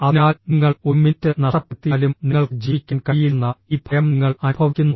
അതിനാൽ നിങ്ങൾ ഒരു മിനിറ്റ് നഷ്ടപ്പെടുത്തിയാലും നിങ്ങൾക്ക് ജീവിക്കാൻ കഴിയില്ലെന്ന ഈ ഭയം നിങ്ങൾ അനുഭവിക്കുന്നു